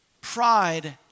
Pride